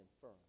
firm